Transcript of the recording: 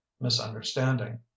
misunderstanding